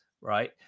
right